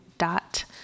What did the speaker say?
dot